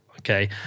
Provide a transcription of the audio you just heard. Okay